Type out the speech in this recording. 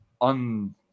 on